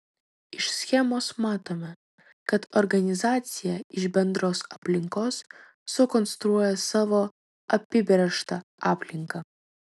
iš schemos matome kad organizacija iš bendros aplinkos sukonstruoja savo apibrėžtą aplinką